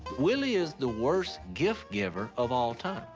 willie is the worst gift giver of all time.